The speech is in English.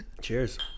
Cheers